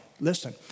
listen